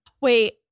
Wait